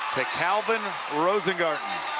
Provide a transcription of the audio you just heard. to kalvyn rosengarten.